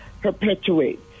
perpetuates